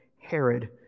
Herod